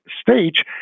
stage